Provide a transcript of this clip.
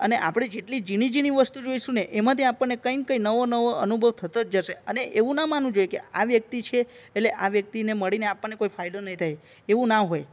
અને આપણે જેટલી ઝીણી ઝીણી વસ્તુ જોઈશું ને એમાંથી આપણને કંઈ ને કંઈ નવો નવો અનુભવ થતો જ જશે અને એવું ન માનવું જોઈએ કે આ વ્યક્તિ છે એટલે આ વ્યક્તિને મળીને આપણને કોઈ ફાયદો નહીં થાય એવું ના હોય